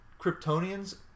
Kryptonians